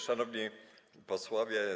Szanowni Posłowie!